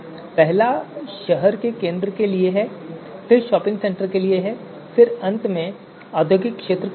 पहला शहर के केंद्र के लिए है और फिर शॉपिंग सेंटर के लिए है और फिर अंत में औद्योगिक क्षेत्र के लिए है